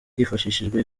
hifashishijwe